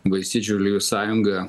valstiečių žaliųjų sąjunga